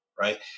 right